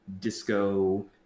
Disco